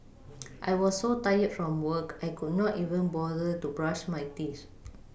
I was so tired from work I could not even bother to brush my teeth